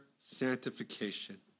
sanctification